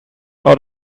out